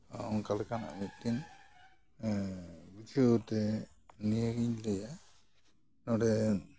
ᱚᱝᱠᱟ ᱞᱮᱠᱟᱱᱟᱜ ᱢᱤᱫᱴᱤᱱ ᱵᱩᱡᱷᱟᱹᱣᱛᱮ ᱱᱤᱭᱟᱹᱜᱤᱧ ᱞᱟᱹᱭᱟ ᱱᱚᱸᱰᱮ